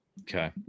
Okay